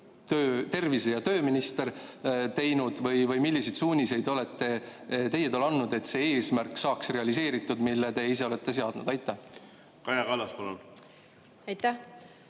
tervise- ja tööminister teinud või milliseid suuniseid olete teie talle andnud, et see eesmärk saaks realiseeritud, mille te ise olete seadnud. Kaja